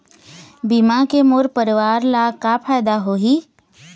बीमा के मोर परवार ला का फायदा होही?